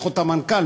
לפחות המנכ"ל,